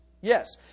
Yes